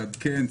לעדכן,